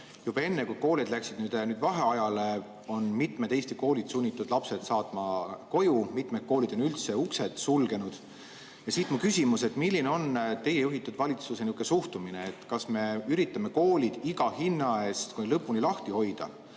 Juba enne, kui koolid läksid vaheajale, olid mitmed Eesti koolid sunnitud lapsed koju saatma, mitmed koolid on üldse uksed sulgenud. Ja siit minu küsimus: milline on teie juhitud valitsuse suhtumine? Kas me üritame koolid iga hinna eest kuni lõpuni lahti hoida